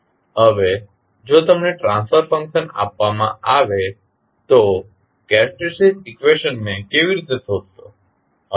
હવે જો તમને ટ્રાન્સફર ફંકશન આપવામાં આવે તો કેરેક્ટેરીસ્ટીક ઇકવેશન ને કેવી રીતે શોધશો